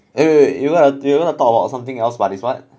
wait wait you gonna you going to talk about something else but it's what